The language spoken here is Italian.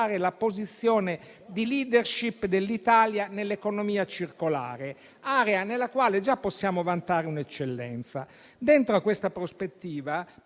la posizione di *leadership* dell'Italia nell'economia circolare, area nella quale già possiamo vantare una eccellenza. All'interno di questa prospettiva